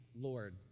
Lord